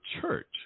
church